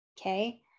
okay